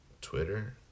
Twitter